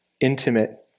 intimate